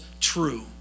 true